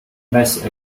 mass